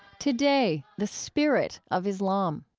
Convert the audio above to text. today, the spirit of islam.